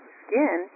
skin